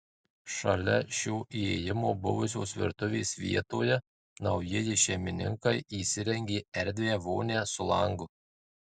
šalia šio įėjimo buvusios virtuvės vietoje naujieji šeimininkai įsirengė erdvią vonią su langu